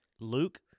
Luke